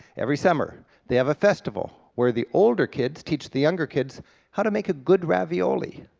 every summer they have a festival where the older kids teach the younger kids how to make a good ravioli.